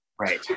Right